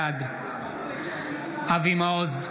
בעד אבי מעוז,